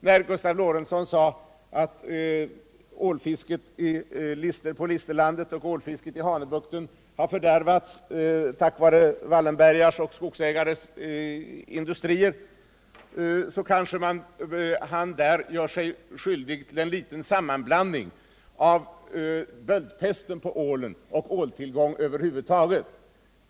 När Gustav Lorentzon sade att ålfisket på Listerlandet och i Hanöbukten har fördärvats av Wallenbergares och skogsägares industrier kanske han glorde sig skyldig till en sammanblandning mellan böldpestens verkningar på ålen och frågan om åltillgången över huvud taget.